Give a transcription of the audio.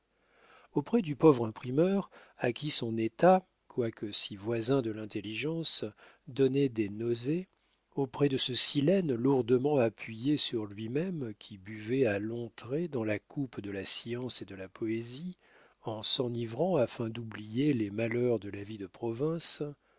auprès du pauvre imprimeur à qui son état quoique si voisin de l'intelligence donnait des nausées auprès de ce silène lourdement appuyé sur lui-même qui buvait à longs traits dans la coupe de la science et de la poésie en s'enivrant afin d'oublier les malheurs de la vie de province